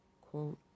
quote